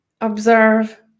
observe